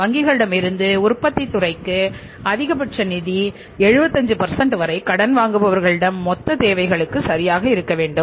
வங்கிகளிடமிருந்து உற்பத்தித் துறைக்கு அதிகபட்ச நிதி 75 வரை கடன் வாங்குபவர்களின் மொத்த தேவைகளுக்கு சரியாக இருக்க வேண்டும்